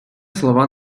слова